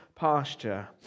pasture